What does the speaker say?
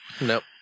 nope